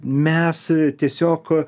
mes tiesiog